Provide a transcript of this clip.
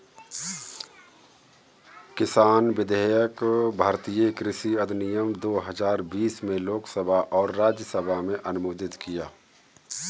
किसान विधेयक भारतीय कृषि अधिनियम दो हजार बीस में लोकसभा और राज्यसभा में अनुमोदित किया